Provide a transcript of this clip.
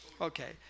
Okay